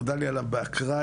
נודע לי עליו באקראי.